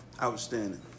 outstanding